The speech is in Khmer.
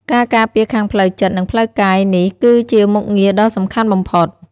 ការការពារខាងផ្លូវចិត្ត និងផ្លូវកាយ នេះគឺជាមុខងារដ៏សំខាន់បំផុត។